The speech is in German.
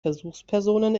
versuchspersonen